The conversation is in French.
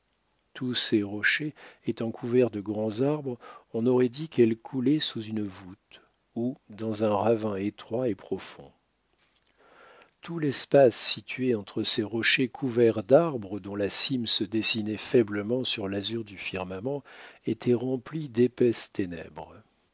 tous ces rochers étant couverts de grands arbres on aurait dit qu'elle coulait sous une voûte ou dans un ravin étroit et profond tout l'espace situé entre ces rochers couverts d'arbres dont la cime se dessinait faiblement sur l'azur du firmament était rempli d'épaisses ténèbres